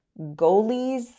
goalies